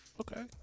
Okay